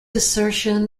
assertion